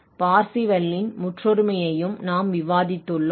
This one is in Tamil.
பர்சேவல் Parseval's ன் முற்றொருமையையும் நாம் விவாதித்துள்ளோம்